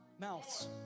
mouths